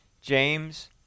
James